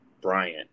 Brian